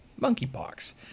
monkeypox